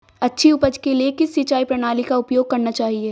अच्छी उपज के लिए किस सिंचाई प्रणाली का उपयोग करना चाहिए?